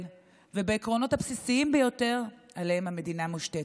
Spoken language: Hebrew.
ובעקרונות הבסיסיים ביותר שעליהם המדינה מושתתת.